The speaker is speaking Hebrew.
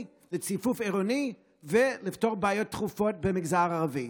לציפוף עירוני ולפתור בעיות דחופות במגזר הערבי.